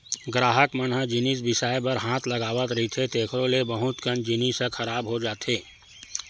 गराहक मन ह जिनिस बिसाए बर हाथ लगावत रहिथे तेखरो ले बहुत कन जिनिस ह खराब हो जाथे